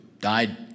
died